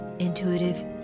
intuitive